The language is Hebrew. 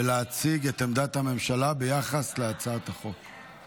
ולהציג את עמדת הממשלה ביחס להצעת החוק.